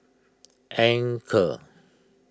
Anchor